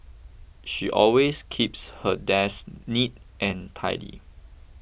she always keeps her desk neat and tidy